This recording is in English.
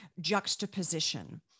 juxtaposition